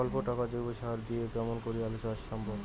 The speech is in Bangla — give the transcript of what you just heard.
অল্প টাকার জৈব সার দিয়া কেমন করি আলু চাষ সম্ভব?